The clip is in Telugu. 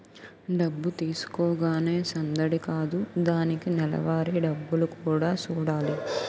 డబ్బు తీసుకోగానే సందడి కాదు దానికి నెలవారీ డబ్బులు కూడా సూడాలి